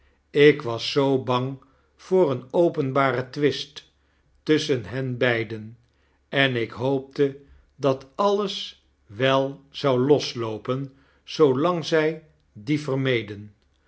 ik was zoo bang voor een openbaren twist tusschen hen beiden en ik hoopte dat alles wel zou losloopen zoolangzij dien vermeden